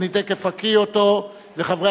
אני תיכף אקריא אותו,